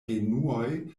genuoj